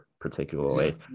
particularly